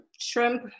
shrimp